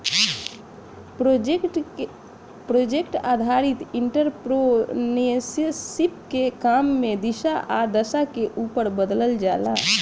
project आधारित entrepreneurship के काम के दिशा आ दशा के उपर बदलल जाला